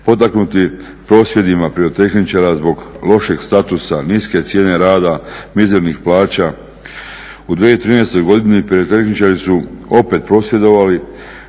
potaknuti prosvjedima pirotehničara zbog lošeg statusa, niske cijene rada, mizernih plaća. U 2013. godini pirotehničari su opet prosvjedovali.